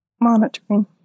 monitoring